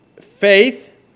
faith